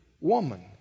woman